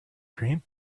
cream